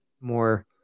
more